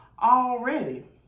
already